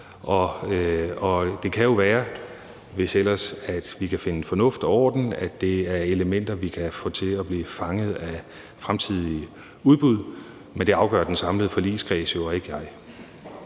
Og det kan jo være, hvis ellers vi kan finde fornuft og orden, at det er elementer, vi kan få til at blive fanget af fremtidige udbud, men det afgør den samlede forligskreds jo og ikke jeg.